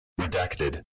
Redacted